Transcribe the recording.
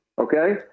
okay